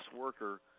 worker